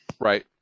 Right